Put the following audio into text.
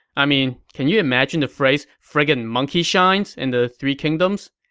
i mean, can you imagine the phrase friggin' monkeyshines in the three kingdoms?